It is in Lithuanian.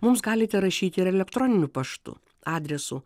mums galite rašyti ir elektroniniu paštu adresu